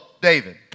David